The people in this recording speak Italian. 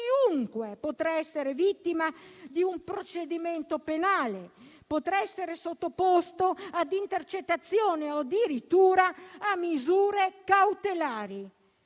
Chiunque potrà essere vittima di un procedimento penale, potrà essere sottoposto ad intercettazione o addirittura a misure cautelari.